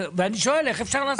אני שואל: איך אפשר לעשות את זה?